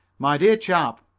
my dear chap,